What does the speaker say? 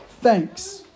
thanks